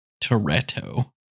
Toretto